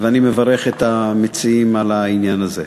ואני מברך את המציעים על העניין הזה.